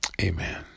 Amen